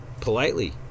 politely